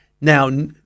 Now